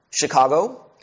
Chicago